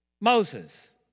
Moses